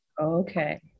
Okay